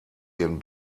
ihren